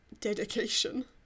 dedication